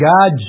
God